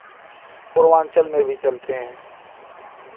पूर्वांचल में भी चलते हैं